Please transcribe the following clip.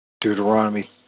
Deuteronomy